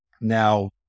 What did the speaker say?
Now